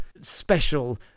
special